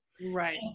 Right